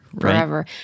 Forever